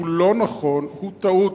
הוא לא נכון, הוא טעות.